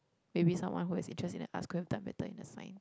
maybe someone who has interest in the Arts could have done better in the Science